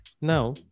now